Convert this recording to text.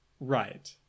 Right